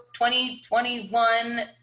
2021